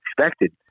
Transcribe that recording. expected